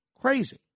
crazy